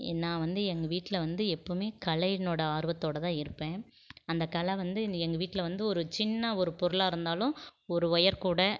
நான் வந்து எங்கள் வீட்டில் வந்து எப்பவுமே கலையினோடய ஆர்வத்தோடு தான் இருப்பேன் அந்த கலை வந்து இன்றைக்கி எங்கள் வீட்டில் வந்து ஒரு சின்ன ஒரு பொருளாக இருந்தாலும் ஒரு ஒயர் கூடை